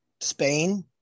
spain